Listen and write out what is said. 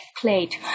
played